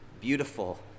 beautiful